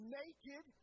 naked